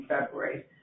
February